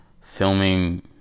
filming